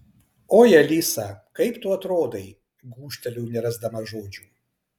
oi alisa kaip tu atrodai gūžteliu nerasdama žodžių